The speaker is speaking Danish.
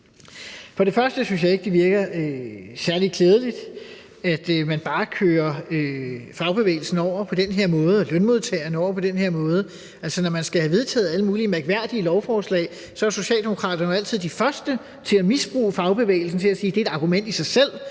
var aftalt. Jeg synes ikke, det virker særlig klædeligt, at man bare kører fagbevægelsen og lønmodtagerne over på den her måde. Når man skal have vedtaget alle mulige mærkværdige lovforslag, er Socialdemokraterne altid de første til at misbruge fagbevægelsen ved at sige, at det er et argument i sig selv,